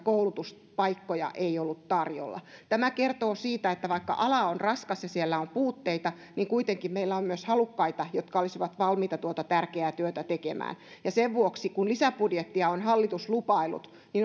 koulutuspaikkoja ei ollut tarjolla tämä kertoo siitä että vaikka ala on raskas ja siellä on puutteita kuitenkin meillä on myös halukkaita jotka olisivat valmiita tuota tärkeää työtä tekemään ja sen vuoksi kun lisäbudjettia on hallitus lupaillut